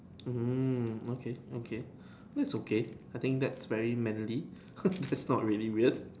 mm okay okay that's okay I think that's very manly that's not really weird